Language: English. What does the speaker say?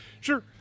Sure